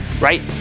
right